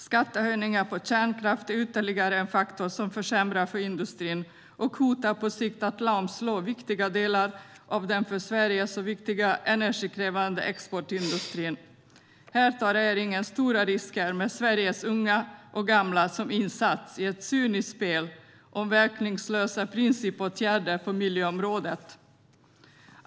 Skattehöjningen på kärnkraft är ytterligare en faktor som försämrar för industrin och hotar på sikt att lamslå viktiga delar av den för Sverige så viktiga energikrävande exportindustrin. Här tar regeringen stora risker med Sveriges unga och gamla som insats i ett cyniskt spel om verkningslösa principåtgärder på miljöområdet.